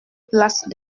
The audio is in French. place